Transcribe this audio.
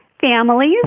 families